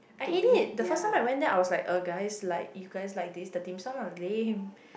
I hate it the first time I went there I was like uh guys like you guys like this the dim sum are lame